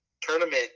tournament